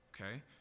Okay